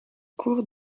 cour